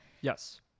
yes